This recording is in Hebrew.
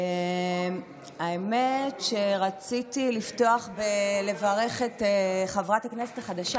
האמת שרציתי לפתוח ולברך את חברת הכנסת החדשה,